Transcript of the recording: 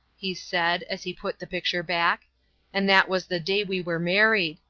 he said, as he put the picture back and that was the day we were married.